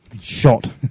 Shot